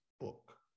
book